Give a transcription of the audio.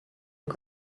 the